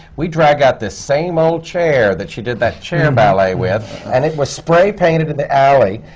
we drag out the same old chair that she did that chair ballet with, and it was spray painted in the alley.